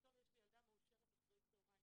ופתאום יש לי ילדה מאושרת אחרי הצהריים.